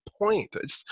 point